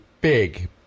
big